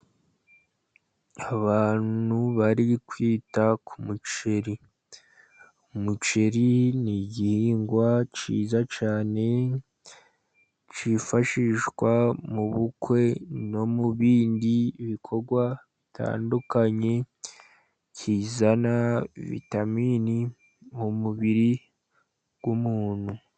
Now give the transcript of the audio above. Abantu bari kwita ku muceri. Umuceri ni igihingwa cyiza cyane, cyifashishwa mu bukwe no mu bindi bikorwa bitandukanye, kizana vitamini mu mubiri w'umuntu.